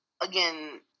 again